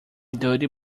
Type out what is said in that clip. duty